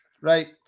Right